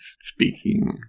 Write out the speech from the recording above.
speaking